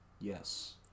yes